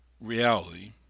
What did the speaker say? reality